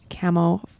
camo